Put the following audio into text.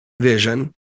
vision